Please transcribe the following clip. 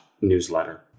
newsletter